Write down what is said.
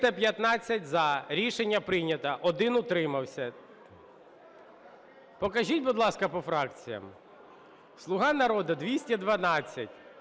За-315 Рішення прийнято. Один – утримався. Покажіть, будь ласка, по фракціям. "Слуга народу" – 212,